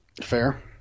Fair